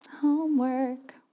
Homework